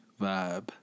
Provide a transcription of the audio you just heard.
vibe